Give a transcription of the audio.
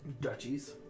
duchies